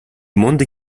mondi